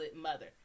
mother